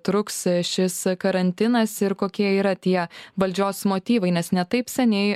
truks šis karantinas ir kokie yra tie valdžios motyvai nes ne taip seniai